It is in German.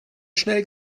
schnell